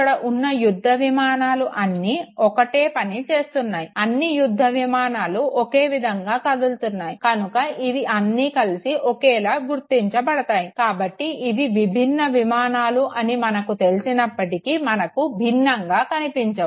ఇక్కడ ఉన్న యుద్ధవిమానాలు అన్నీ ఒకటే పని చేస్తున్నాయి అన్నీ యుద్ధవిమానాలు ఒకే విధంగా కదులుతున్నాయి కనుక ఇవి అన్నీకలిసి ఒకేలా గుర్తించబడుతాయి కాబట్టి ఇవి విభిన్నమైన విమానాలు అని మనకు తెలిసినప్పటికీ మనకు భినంగా కనిపించవు